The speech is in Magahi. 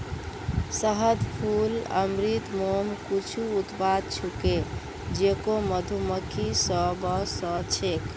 शहद, फूल अमृत, मोम कुछू उत्पाद छूके जेको मधुमक्खि स व स छेक